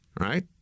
Right